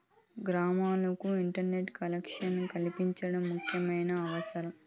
గ్రామాలకు internet collection కల్పించడం ముఖ్యమైన అవసరం